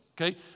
okay